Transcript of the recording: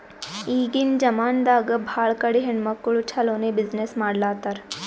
ಈಗಿನ್ ಜಮಾನಾದಾಗ್ ಭಾಳ ಕಡಿ ಹೆಣ್ಮಕ್ಕುಳ್ ಛಲೋನೆ ಬಿಸಿನ್ನೆಸ್ ಮಾಡ್ಲಾತಾರ್